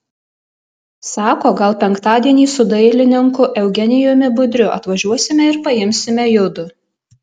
sako gal penktadienį su dailininku eugenijumi budriu atvažiuosime ir paimsime judu